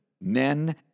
Men